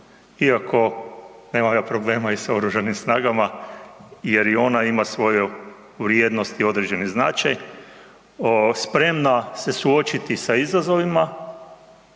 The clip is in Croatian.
iako nemam ja problema i sa OS-om jer i ona ima svoju vrijednost i određeni značaj, sprema se suočiti sa izazovima